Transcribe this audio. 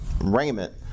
raiment